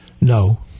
No